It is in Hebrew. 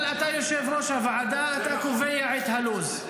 אבל אתה יושב-ראש הוועדה, אתה קובע את הלו"ז.